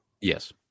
Yes